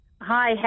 Hi